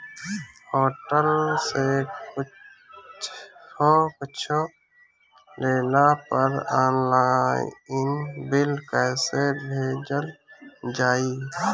Hotel से कुच्छो लेला पर आनलाइन बिल कैसे भेजल जाइ?